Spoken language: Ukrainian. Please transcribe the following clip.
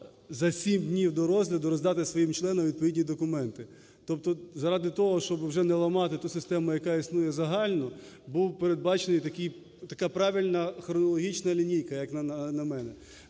за 7 днів до розгляду роздати своїм членам відповідні документи. Тобто заради того, щоб вже не ламати ту систему, яка існує загальну, була передбачена така правильна хронологічна лінійка, як на мене.